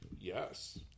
Yes